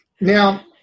Now